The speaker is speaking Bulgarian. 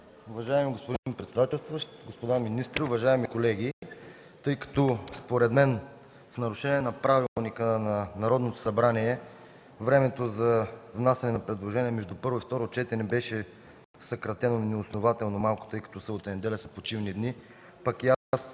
Уважаеми господин председателстващ, господа министри, уважаеми колеги! Според мен в нарушение на Правилника на Народното събрание времето за внасяне на предложения между първо и второ четене беше съкратено и беше неоснователно малко, тъй като събота и неделя са почивни дни. Аз